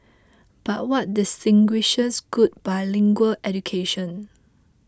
but what distinguishes good bilingual education